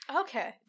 okay